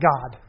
God